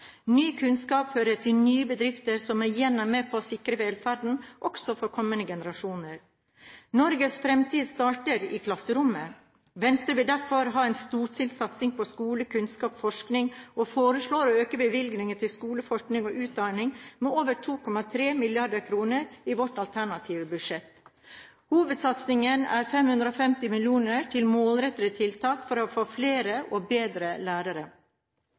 Ny kunnskap fører til nye bedrifter, som igjen er med på å sikre velferden også for kommende generasjoner. Norges fremtid starter i klasserommet. Venstre vil derfor ha en storstilt satsing på skole, kunnskap og forskning, og foreslår å øke bevilgningene til skole, forskning og utdanning med over 2,3 mrd. kr i sitt alternative budsjett. Hovedsatsingen er 550 mill. kr til målrettede tiltak for å få flere og bedre lærere.